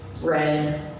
red